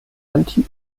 anti